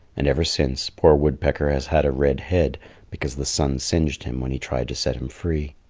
and ever since, poor woodpecker has had a red head because the sun singed him when he tried to set him free.